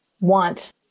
want